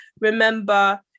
remember